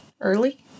Early